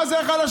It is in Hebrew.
מה זה החלשים,